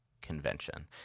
Convention